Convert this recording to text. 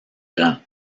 grand